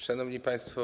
Szanowni Państwo!